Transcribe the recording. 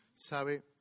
Sabe